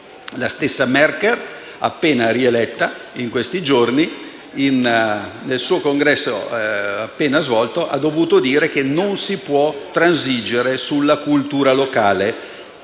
La stessa Merkel, appena rieletta in questi giorni al congresso del suo partito, ha dovuto dire che non si può transigere sulla cultura locale.